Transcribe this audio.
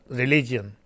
religion